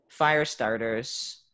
Firestarters